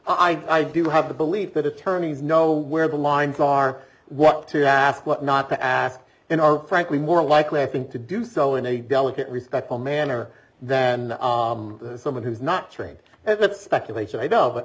i do have the belief that attorneys know where the lines are what to ask what not to ask and are frankly more likely i think to do so in a delicate respectful manner than someone who's not trained at speculation i know but